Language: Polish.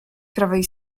prawej